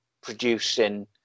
producing